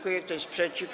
Kto jest przeciw?